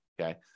okay